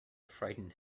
frightened